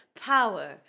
power